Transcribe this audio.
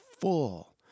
full